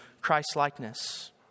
Christ-likeness